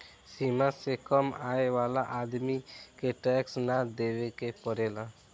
सीमा से कम आय वाला आदमी के टैक्स ना देवेके पड़ेला